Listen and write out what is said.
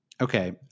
Okay